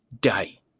day